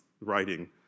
writing